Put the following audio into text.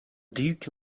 duke